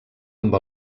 amb